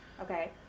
Okay